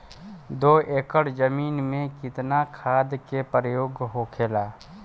दो एकड़ जमीन में कितना खाद के प्रयोग होखेला?